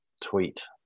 tweet